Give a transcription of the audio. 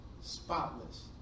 spotless